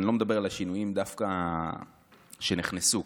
אני לא מדבר דווקא על השינויים שנכנסו,